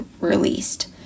released